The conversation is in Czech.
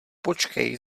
počkej